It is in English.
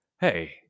Hey